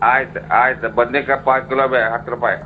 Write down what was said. ಆಯ್ತು ಆಯ್ತು ಬದ್ನೆಕಾಯ್ ಪಾವು ಕಿಲೋ ಬಿ ಹತ್ತು ರೂಪಾಯಿ